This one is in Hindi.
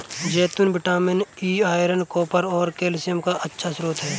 जैतून विटामिन ई, आयरन, कॉपर और कैल्शियम का अच्छा स्रोत हैं